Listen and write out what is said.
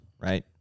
Right